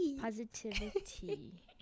positivity